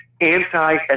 anti